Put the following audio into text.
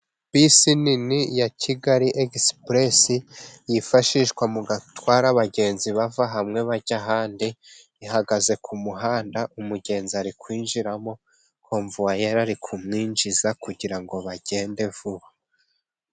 Bisi nini ya kigali egisipuresi yifashishwa mu gutwara abagenzi bava hamwe bajya ahandi, ihagaze ku muhanda umugenzi ari kwinjiramo, komvuwayeri ari kumwinjiza kugira ngo bagende vuba.